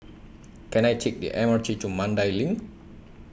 Can I Take The M R T to Mandai LINK